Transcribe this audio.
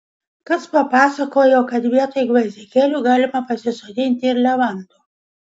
kas papasakojo kad vietoj gvazdikėlių galima pasisodinti ir levandų